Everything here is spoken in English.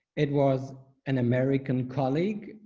it was an american colleague,